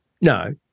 No